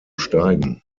steigen